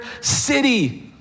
city